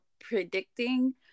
predicting